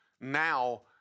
now